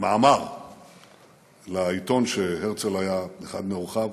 מאמר לעיתון שהרצל היה אחד מעורכיו,